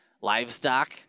livestock